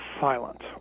silent